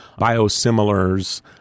biosimilars